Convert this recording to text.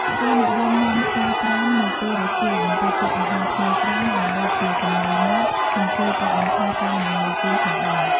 គេនិយមញុាំស្វាយត្រាំ នៅពេលរសៀលបន្ទាប់ពីអាហារថ្ងៃត្រង់ ដើម្បីជាចំណីមាត់ និងជួយកាត់បន្ថយការងងុយគេងផងដែរ។